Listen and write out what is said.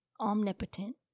omnipotent